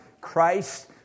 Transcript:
Christ